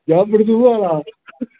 यार बड़ी दूरै आए दा